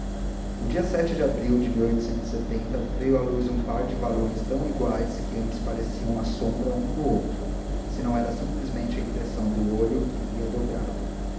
no dia de abril de veio à luz um par de varões tão iguais que antes pareciam a sombra um do outro se não era simplesmente a impressão do olho que via dobrado